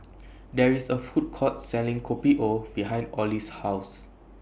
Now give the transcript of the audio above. There IS A Food Court Selling Kopi O behind Olie's House